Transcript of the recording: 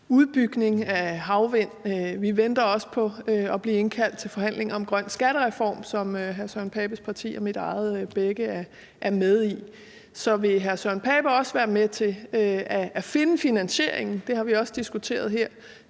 energi fra havvind. Vi venter også på at blive indkaldt til forhandlinger om en grøn skattereform, som både hr. Søren Pape Poulsens parti og mit eget parti er med i. Så vil hr. Søren Pape Poulsen også være med til at finde finansieringen – det har vi også diskuteret her